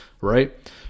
right